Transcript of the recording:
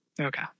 Okay